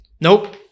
Nope